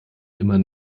immer